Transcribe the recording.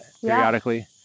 periodically